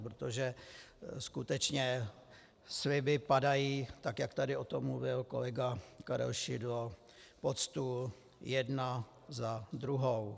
Protože skutečně sliby padají, tak jak tady o tom mluvil kolega Karel Šidlo, pod stůl jeden za druhým.